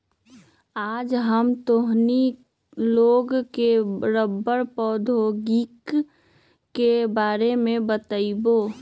आज हम तोहनी लोग के रबड़ प्रौद्योगिकी के बारे में बतईबो